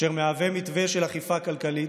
אשר מהווה מתווה של אכיפה כלכלית.